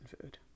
food